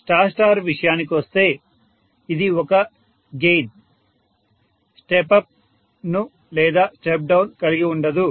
star star విషయానికొస్తే ఇది ఒక గేన్ స్టెప్ అప్ ను లేదా స్టెప్ డౌన్ ఉండదు